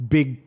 Big